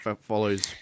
follows